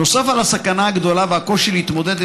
נוסף על הסכנה הגדולה והקושי להתמודד עם